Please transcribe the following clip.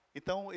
Então